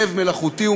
לב מלאכותי.